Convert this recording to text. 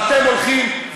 ואתם הולכים,